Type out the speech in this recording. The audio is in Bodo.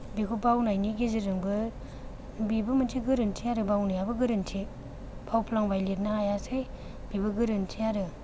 बेखौ बावनायनि गेजेरजोंबो बेबो मोनसे गोरोन्थि आरो बावनायाबो गोरोन्थि बावफ्लांबाय लिरनो हायासै बेबो गोरोन्थि आरो